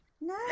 No